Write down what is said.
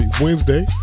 Wednesday